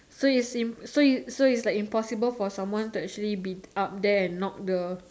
so is same so is so is it impossible for someone to actually be up there and knock the